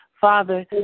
Father